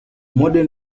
modern